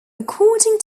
according